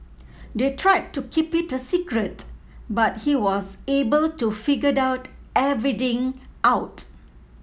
they tried to keep it a secret but he was able to figure the everything out